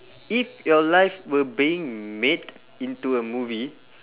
if your life were being made into a movie